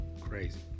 Crazy